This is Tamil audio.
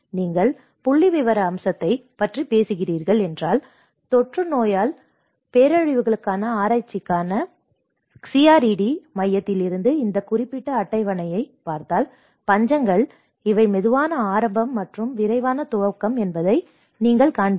நீங்கள் புள்ளிவிவர அம்சத்தைப் பற்றி பேசுகிறீர்கள் என்றால் தொற்றுநோயியல் பேரழிவுகளுக்கான ஆராய்ச்சிக்கான CRED மையத்திலிருந்து இந்த குறிப்பிட்ட அட்டவணையைப் பார்த்தால் பஞ்சங்கள் இவை மெதுவான ஆரம்பம் மற்றும் விரைவான துவக்கம் என்பதை நீங்கள் காண்பீர்கள்